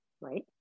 Right